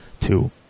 two